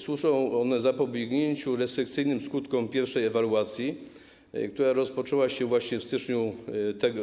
Służą one zapobiegnięciu restrykcyjnym skutkom pierwszej ewaluacji, która rozpoczęła się w styczniu